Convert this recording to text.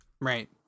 Right